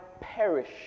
perish